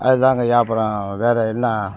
அதாங்க ஐயா அப்புறம் வேறு என்ன